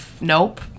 nope